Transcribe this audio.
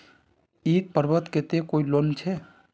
ईद पर्वेर केते कोई लोन छे?